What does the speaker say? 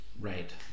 Right